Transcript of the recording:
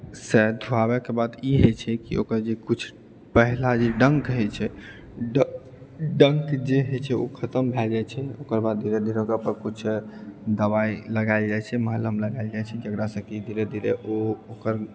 से धोआबैके बाद ई होइत छै कि ओकर जे किछु पहिला जे डङ्क होइत छै डङ्क जे होइत छै ओ खतम भए जाइत छै ओकर बाद धीरे धीरे ओकरा पर किछु दबाइ लगाएल जाइत छै मलहम लगाएल जाइत छै जकरा से कि धीरे धीरे ओ ओकर